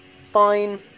fine